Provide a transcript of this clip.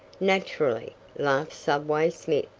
naturally, laughed subway smith.